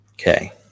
Okay